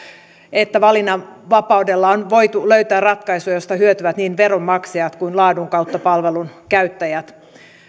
että valinnanvapaudella on voitu löytää ratkaisuja joista hyötyvät niin veronmaksajat kuin laadun kautta palvelun käyttäjät